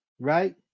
right